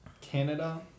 Canada